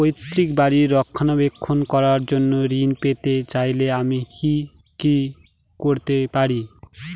পৈত্রিক বাড়ির রক্ষণাবেক্ষণ করার জন্য ঋণ পেতে চাইলে আমায় কি কী করতে পারি?